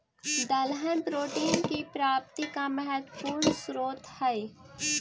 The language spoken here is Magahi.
दलहन प्रोटीन की प्राप्ति का महत्वपूर्ण स्रोत हई